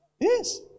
Yes